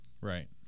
Right